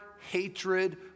hatred